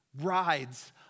rides